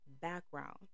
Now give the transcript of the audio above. background